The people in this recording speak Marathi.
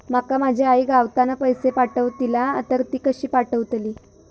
माका माझी आई गावातना पैसे पाठवतीला तर ती कशी पाठवतली?